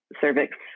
cervix